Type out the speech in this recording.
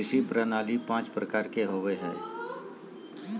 कृषि प्रणाली पाँच प्रकार के होबो हइ